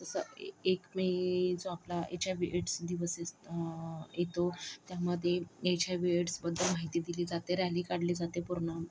जसं एक मे जो आपला एच आय व्ही एड्स दिवस असतो येतो त्यामध्ये एच आय व्ही एड्सबद्दल माहिती दिली जाते रॅली काढली जाते पूर्ण